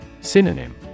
Synonym